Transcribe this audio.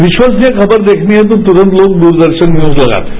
विश्वसनीय खबर देखनी है तो त्रंत लोग दूरदर्शन न्यूज लगाते है